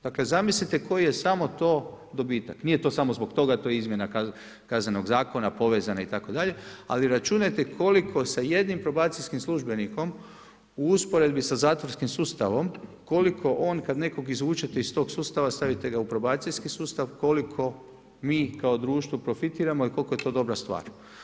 Dakle zamislite koji je samo to dobitak, nije samo to zbog toga, tu je izmjena Kaznenog zakona povezana itd. ali računajte koliko sa jednim probacijskim službenikom, u usporedbi sa zatvorskim sustavom, koliko on kad nekog izvučete iz tog sustava, stavite ga u probacijski sustav, koliko mi kao društvo profitiramo i koliko je to dobra stvar.